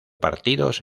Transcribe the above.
partidos